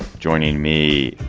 joining me